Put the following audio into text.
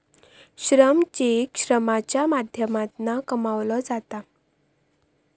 श्रम चेक श्रमाच्या माध्यमातना कमवलो जाता